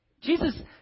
Jesus